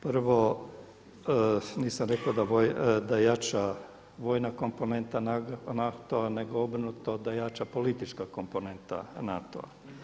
Prvo, nisam rekao da jača vojna komponenta NATO-a nego obrnuto da jača politička komponenta NATO-a.